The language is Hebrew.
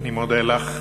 אני מודה לך.